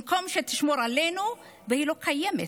במקום שתשמור עלינו, היא לא קיימת.